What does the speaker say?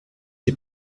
heb